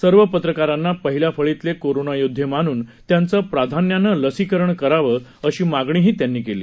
सर्व पत्रकारांना पहिल्या फळीतले कोरोना योदधे मानून त्यांचं प्राधान्यानं लसीकरण करावं अशी मागणीही त्यांनी केली